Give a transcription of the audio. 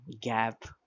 gap